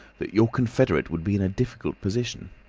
that your confederate would be in a difficult position.